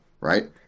right